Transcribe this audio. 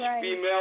female